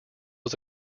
was